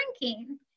drinking